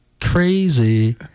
crazy